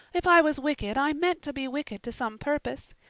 if i was wicked i meant to be wicked to some purpose.